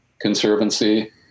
Conservancy